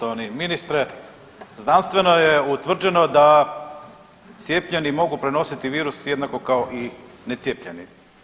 Poštovani ministre znanstveno je utvrđeno da cijepljeni mogu prenositi virus jednako kao i necijepljeni.